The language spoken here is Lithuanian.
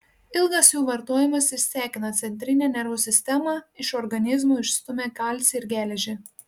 ilgas jų vartojimas išsekina centrinę nervų sistemą iš organizmo išstumia kalcį ir geležį